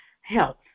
health